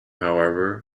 however